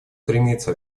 стремится